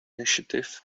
initiative